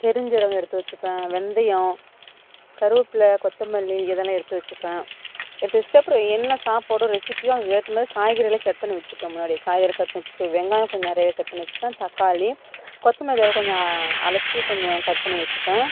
பெருஞ்சீரகம் எடுத்து வச்சுப்பேன் வெந்தயம் கருவேப்பில்லை கொத்தமல்லி இதெல்லாம் எடுத்து வச்சுப்பேன் எடுத்து வச்சுட்டு அப்புறம் என்ன சாப்பாடோ ரெஸிப்பியோ அதுக்கு ஏற்ற மாதிரி காய்கறியெல்லாம் கட் பண்ணி வச்சுப்பேன் முன்னாடியே காய்கறிலாம் கட் பண்ணி வச்சுப்பேன் வெங்காயம் கொஞ்சம் நிறையாவே கட் பண்ணி வச்சுப்பேன் தக்காளி கொத்தமல்லி தலை கொஞ்சம் அலசி கொஞ்சம் கட் பண்ணி வச்சுப்பேன்